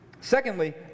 Secondly